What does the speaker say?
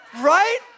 Right